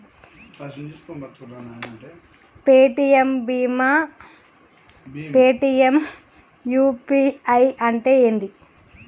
Paytm భీమ్ Paytm UPI అంటే ఏంది?